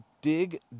dig